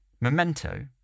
Memento